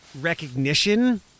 recognition